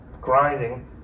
grinding